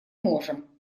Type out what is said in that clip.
можем